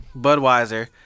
Budweiser